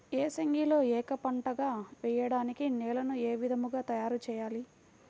ఏసంగిలో ఏక పంటగ వెయడానికి నేలను ఏ విధముగా తయారుచేయాలి?